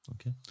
Okay